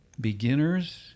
beginners